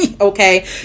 Okay